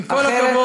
עם כל הכבוד,